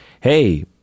hey